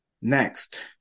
Next